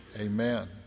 Amen